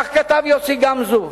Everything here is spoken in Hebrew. כך כתב יוסי גמזו